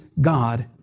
God